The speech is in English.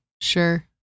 Sure